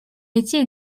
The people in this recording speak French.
métier